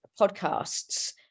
podcasts